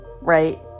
Right